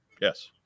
yes